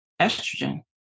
estrogen